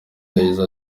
yagize